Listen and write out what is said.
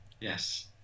Yes